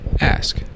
Ask